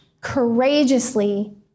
courageously